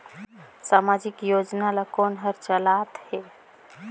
समाजिक योजना ला कोन हर चलाथ हे?